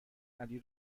علی